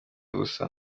ubusa